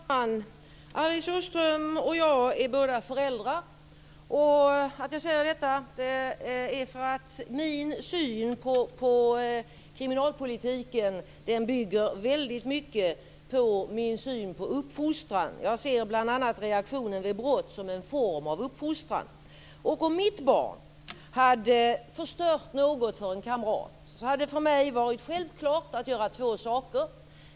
Fru talman! Alice Åström och jag är båda föräldrar. Att jag säger detta beror på att min syn på kriminalpolitiken bygger väldigt mycket på min syn på uppfostran. Jag ser bl.a. reaktionen vid brott som en form av uppfostran. Om mitt barn hade förstört något för en kamrat hade det för mig varit självklart att göra två saker.